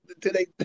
today